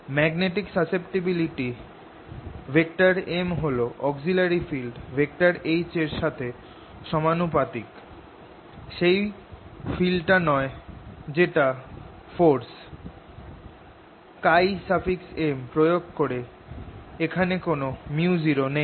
magnetic susceptibility M হল auxiliary field H এর সাথে সমানুপাতিক সেই ফিল্ডটা নয় যেটা ফোরস M প্রয়োগ করে এখানে কোন µ0 নেই